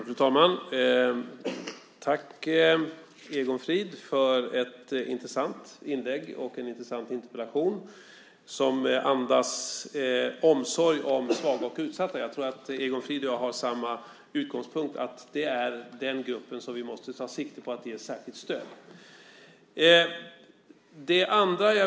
Fru talman! Tack, Egon Frid, för ett intressant inlägg och en intressant interpellation som andas omsorg om svaga och utsatta. Jag tror att Egon Frid och jag har samma utgångspunkt: Det är den gruppen som vi måste ta sikte på att ge särskilt stöd.